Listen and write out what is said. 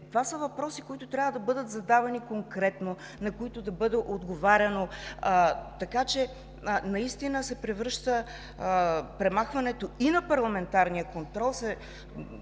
Това са въпроси, които трябва да бъдат задавани конкретно, на които да бъде отговаряно. Наистина премахването и на парламентарния контрол